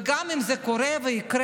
וגם אם זה קורה ויקרה,